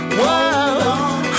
world